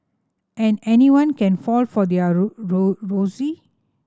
and anyone can fall for their ruse